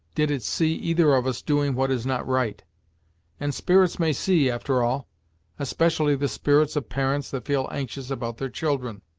did it see either of us doing what is not right and spirits may see, after all especially the spirits of parents that feel anxious about their children.